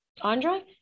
Andre